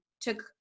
took